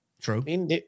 True